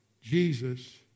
Jesus